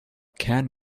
can